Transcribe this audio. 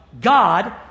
God